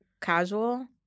casual